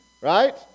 Right